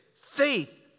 Faith